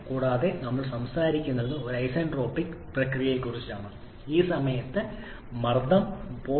കൂടാതെ നമ്മൾ സംസാരിക്കുന്നത് ഒരു ഐസൻട്രോപിക് പ്രക്രിയയെക്കുറിച്ചാണ് ഈ സമയത്ത് മർദ്ദം 0